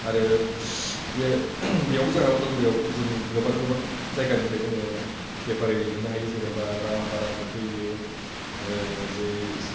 आरो बेयावबो जों उदालगुरियाव जों गोबां गोबां जायगानिफ्राय जोङो बेपारि मोननो हायो जेनेबा राङाफारानिफ्राय फैयो जै